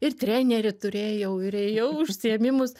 ir trenerį turėjau ir ėjau užsiėmimus